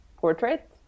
portrait